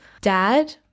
Dad